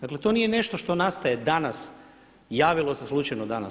Dakle, to nije nešto što nastaje danas, javilo se slučajno danas.